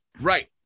Right